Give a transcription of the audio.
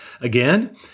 Again